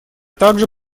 также